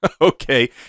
Okay